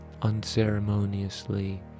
Unceremoniously